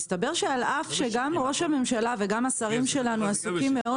מסתבר שעל אף שגם ראש הממשלה וגם השרים שלנו עסוקים מאוד